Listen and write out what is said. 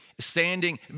standing